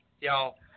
y'all